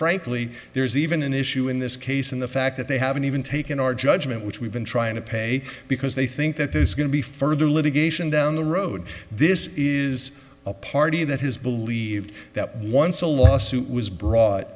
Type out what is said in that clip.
frankly there's even an issue in this case and the fact that they haven't even taken our judgment which we've been trying to pay because they think that there's going to be further litigation down the road this is a party that has believed that once a lawsuit was brought